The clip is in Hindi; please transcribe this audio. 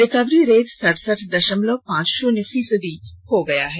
रिकवरी रेट सरसठ दशमलव पांच शून्य फीसदी हो गया है